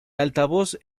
altavoz